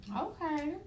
okay